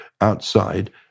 outside